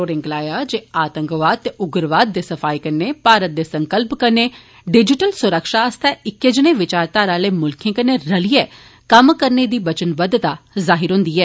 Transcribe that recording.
उनें गलाया जे आतंकवाद ते उग्रवाद दे सफाए कन्नै भारत दे संकल्प कन्नै डिजिटल सुरक्षा आस्तै इक्कै जनेह विचारघारा आले मुल्खें कन्नै रलिए कम्म करने दी बचनबद्वता जाहिर हुन्दी ऐ